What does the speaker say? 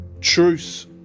Truce